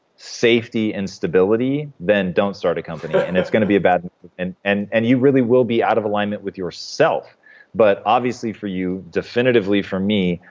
safety and stability, then don't start a company. and it's going to be a bad move, and and and you really will be out of alignment with yourself but obviously for you, definitively for me,